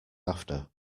after